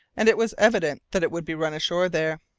and it was evident that it would be run ashore there.